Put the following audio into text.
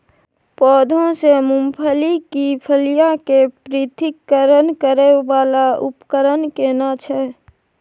पौधों से मूंगफली की फलियां के पृथक्करण करय वाला उपकरण केना छै?